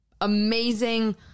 amazing